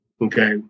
okay